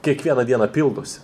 kiekvieną dieną pildosi